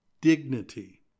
dignity